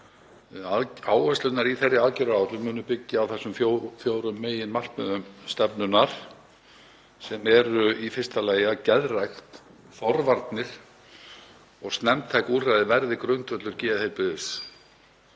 Áherslurnar í þeirri aðgerðaáætlun munu byggja á þessum fjórum meginmarkmiðum stefnunnar sem eru í fyrsta lagi að geðrækt, forvarnir og snemmtæk úrræði verði grundvöllur geðheilbrigðis